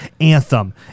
anthem